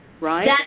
right